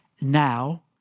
now